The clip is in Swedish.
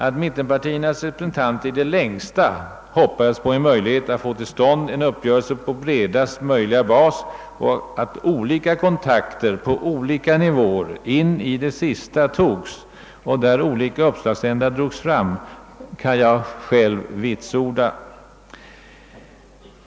Att mittenpartiernas representanter i det längsta hoppades på en möjlighet att få till stånd en uppgörelse på bredast möjliga bas och att olika kontakter på olika nivåer in i det sista togs och olika uppslagsändar drogs fram kan jag själv vitsorda.